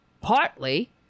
partly